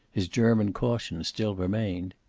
his german caution still remained.